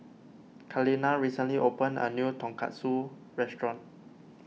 Kaleena recently opened a new Tonkatsu restaurant